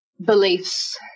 beliefs